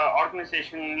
organization